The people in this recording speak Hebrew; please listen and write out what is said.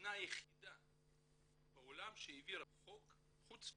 המדינה היחידה בעולם שהעבירה חוק חוץ מרוסיה,